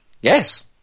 yes